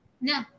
No